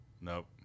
Nope